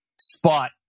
spot